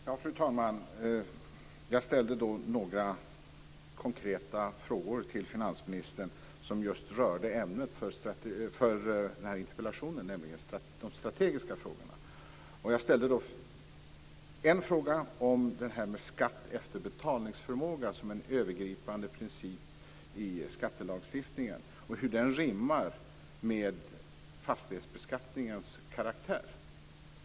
Fru talman! Jag ställde några konkreta frågor till finansministern som just rörde ämnet för den här interpellationen, nämligen de strategiska frågorna. Jag ställde en fråga om detta med skatt efter betalningsförmåga som en övergripande princip i skattelagstiftningen och hur den rimmar med fastighetsbeskattningens karaktär.